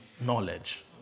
knowledge